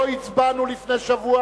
לא הצבענו לפני שבוע,